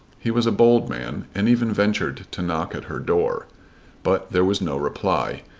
he was a bold man and even ventured to knock at her door but there was no reply,